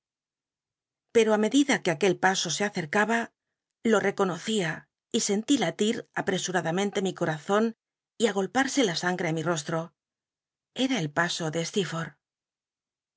pero lt medida que aquel paso se acerc ba lo reconocía y sentí latir a l'esmadamcnlc mi comzon y agol parse la sangre mi tostro ora el pao de